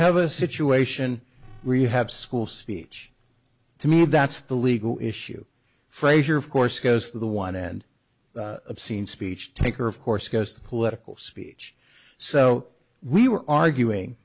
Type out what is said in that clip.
have a situation really have school speech to me that's the legal issue frazier of course goes to the one and obscene speech taker of course goes to political speech so we were arguing